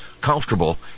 comfortable